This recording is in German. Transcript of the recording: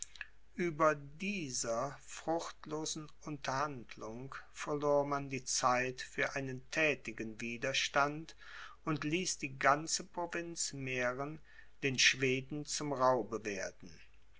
ueber dieser fruchtlosen unterhandlung verlor man die zeit für einen thätigen widerstand und ließ die ganze provinz mähren den schweden zum raube werden